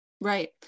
Right